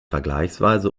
vergleichsweise